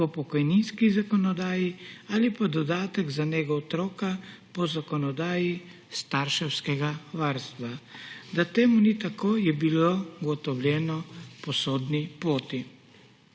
po pokojninski zakonodaji ali pa dodatek za nego otroka po zakonodaji starševskega varstva. Da to ni tako, je bilo ugotovljeno po sodni poti